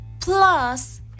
plus